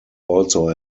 also